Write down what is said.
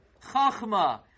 Chachma